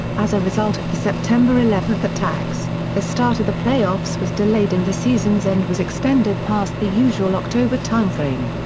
as a result of the september eleven attacks, the start of the playoffs was delayed and the season's end was extended past the usual october timeframe.